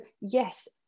yes